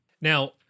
now